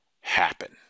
happen